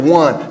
one